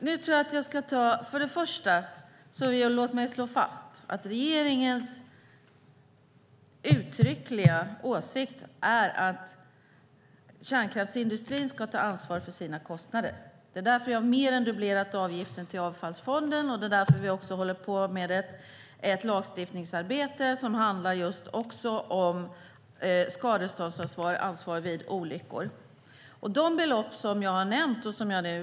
Herr talman! Låt mig först och främst slå fast att regeringens uttryckliga åsikt är att kärnkraftsindustrin ska ta ansvar för sina kostnader. Det är därför vi har mer än dubblerat avgiften till avfallsfonden, och det är därför vi också håller på med ett lagstiftningsarbete som handlar just om skadeståndsansvar och ansvar vid olyckor.